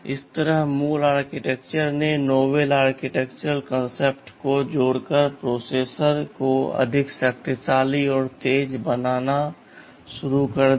इस तरह मूल आर्किटेक्चर ने नॉवेल आर्किटेक्चरल कॉन्सेप्ट्स को जोड़कर प्रोसेसर को अधिक शक्तिशाली और तेज बनाना शुरू कर दिया